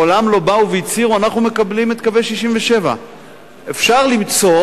מעולם לא באו והצהירו: אנחנו מקבלים את קווי 67'. אפשר למצוא,